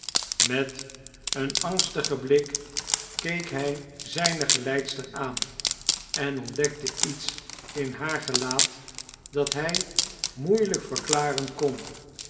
met een angstigen blik keek hij zijne geleidster aan en ontdekte iets in haar gelaat dat hij moeilijk verklaren kon